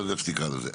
איך שתקרא לזה.